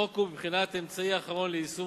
החוק הוא בבחינת אמצעי אחרון ליישום